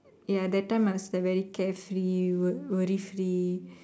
ya that time I was a very carefree uh worry free